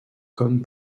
comme